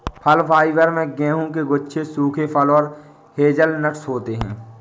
फल फाइबर में गेहूं के गुच्छे सूखे फल और हेज़लनट्स होते हैं